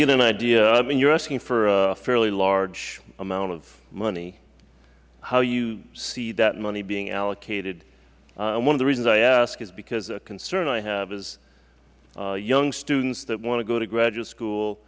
get an idea you are asking for a fairly large amount of money how you see that money being allocated one of the reasons i ask is because a concern i have is young students that want to go to graduate school